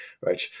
right